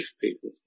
people